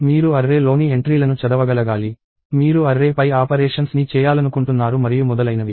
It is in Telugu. మీరు అర్రే లోని ఎంట్రీలను చదవగలగాలి మీరు అర్రే పై ఆపరేషన్స్ ని చేయాలనుకుంటున్నారు మరియు మొదలైనవి